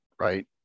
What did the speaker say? right